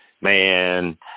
Man